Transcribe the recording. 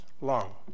long